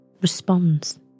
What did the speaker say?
responds